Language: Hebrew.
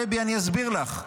דבי, אני אסביר לך.